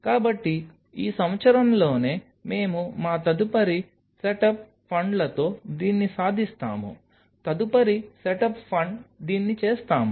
కాబట్టి ఈ సంవత్సరంలోనే మేము మా తదుపరి సెటప్ ఫండ్లతో దీన్ని సాధిస్తాము తదుపరి సెటప్ ఫండ్ దీన్ని చేస్తాము